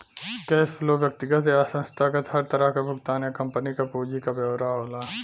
cash flow व्यक्तिगत या संस्थागत हर तरह क भुगतान या कम्पनी क पूंजी क ब्यौरा होला